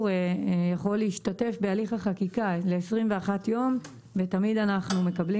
יכול להשתתף בהליך החקיקה ל-21 יום ותמיד אנחנו מקבלים